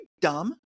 dumb